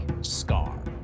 scar